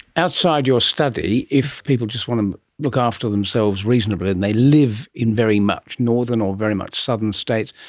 outside your study, if people just want to look after themselves reasonably, and they live in very much northern or very much southern states.